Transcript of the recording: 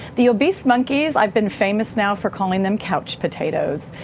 the obese monkeys i've been famous now for calling them couch potatoes,